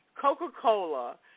Coca-Cola